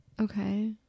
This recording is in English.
Okay